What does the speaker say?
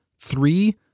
Three